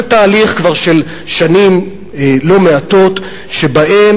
זה תהליך כבר של שנים לא מעטות שבהן